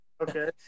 Okay